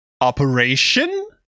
...Operation